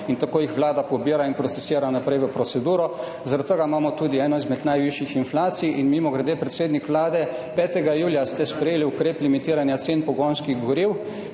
in tako jih Vlada pobira in procesira naprej v proceduro. Zaradi tega imamo tudi eno izmed najvišjih inflacij. In mimogrede, predsednik Vlade, 5. julija ste sprejeli ukrep limitiranja cen pogonskih goriv,